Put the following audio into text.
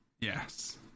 yes